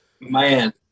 Man